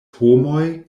homoj